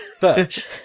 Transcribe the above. Birch